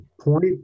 Point